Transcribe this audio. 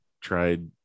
tried